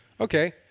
Okay